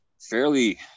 fairly